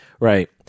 Right